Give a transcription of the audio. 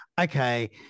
okay